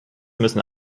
müssen